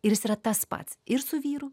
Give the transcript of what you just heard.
ir jis yra tas pats ir su vyru